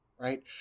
right